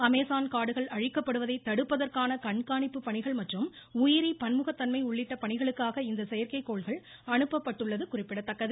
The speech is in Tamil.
அமேசான் காடுகள் அழிக்கப்படுவதை தடுப்பதற்கான கண்காணிப்பு பணிகள் மற்றும் உயிரி பன்முகத்தன்மை உள்ளிட்ட பணிகளுக்காக இந்த செயந்கை கோள்கள் அனுப்பப்பட்டுள்ளது குறிப்பிடத்தக்கது